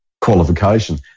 qualification